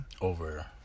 Over